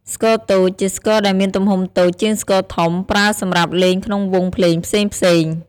ស្គរតូច ជាស្គរដែលមានទំហំតូចជាងស្គរធំ ប្រើសម្រាប់លេងក្នុងវង់ភ្លេងផ្សេងៗ។